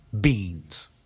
Beans